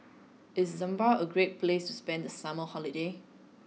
is Zambia a great place to spend the summer holiday